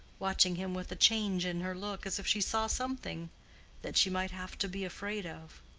watching him with a change in her look, as if she saw something that she might have to be afraid of.